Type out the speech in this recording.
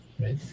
Right